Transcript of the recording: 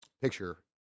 picture